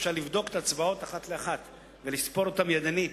אפשר לבדוק את ההצבעות אחת לאחת ולספור אותן ידנית,